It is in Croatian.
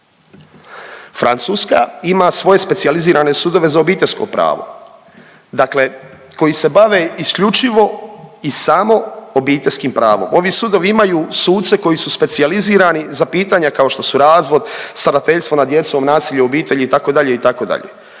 Francuska ima svoje specijalizirane sudove za obiteljsko pravo. Dakle, koji se bave isključivo i samo obiteljskim pravom. Ovi sudovi imaju suce koji su specijalizirani za pitanja kao što su razvod, starateljstvo nad djecom, nasilje u obitelji itd., itd.,